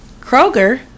kroger